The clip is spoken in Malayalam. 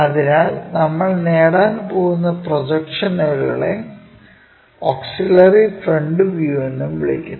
അതിനാൽ നമ്മൾ നേടാൻ പോകുന്ന പ്രൊജക്ഷനുകളെ ഓക്സിലറി ഫ്രണ്ട് വ്യൂ എന്നും വിളിക്കുന്നു